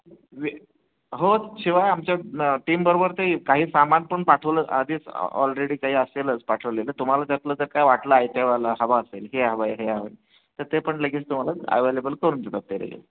वे हो शिवाय आमच्या टीमबरोबर ते काही सामान पण पाठवलं आधीच ऑलरेडी काही असेलच पाठवलेलं तुम्हाला त्यातलं जर काय वाटलं आहे त्यावेळेला हवं असेल हे हवं आहे हे हवं आहे तर ते पण लगेच तुम्हाला एवेलेबल करून देतात ते लगेच